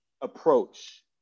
approach